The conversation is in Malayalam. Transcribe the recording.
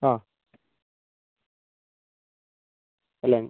ആ